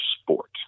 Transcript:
sport